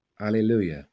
Alleluia